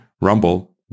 Rumble